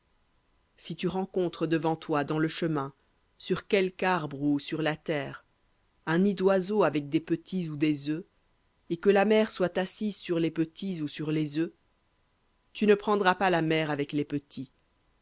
si tu rencontres devant toi dans le chemin sur quelque arbre ou sur la terre un nid d'oiseau avec des petits ou des œufs et que la mère soit assise sur les petits ou sur les œufs tu ne prendras pas la mère avec les petits